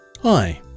Hi